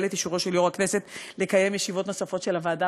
את אישורו של יושב-ראש הכנסת לקיים ישיבות נוספות של הוועדה,